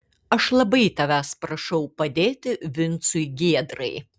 aš labai tavęs prašau padėti vincui giedrai